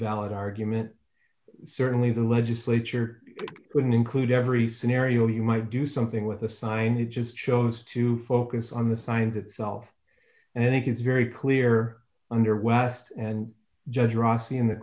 valid argument certainly the legislature couldn't include every scenario you might do something with a sign that just chose to focus on the signs itself and i think it's very clear under west and judge rossi in the